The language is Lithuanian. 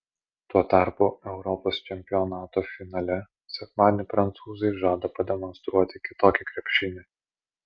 tuo tarpu europos čempionato finale sekmadienį prancūzai žada pademonstruoti kitokį krepšinį